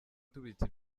tubitse